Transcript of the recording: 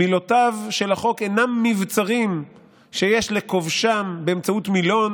מילותיו של החוק אינן מבצרים שיש לכובשם באמצעות מילון